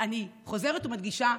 אני חוזרת ומדגישה,